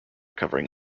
covering